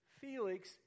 Felix